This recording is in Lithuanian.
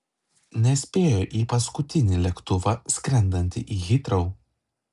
nespėjo į paskutinį lėktuvą skrendantį į hitrou